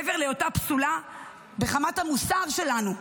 מעבר להיותה פסולה מחמת המוסר שלנו,